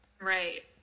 Right